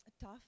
tough